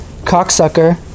cocksucker